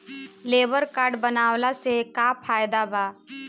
Labour card बनवाला से का फायदा बा?